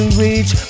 reach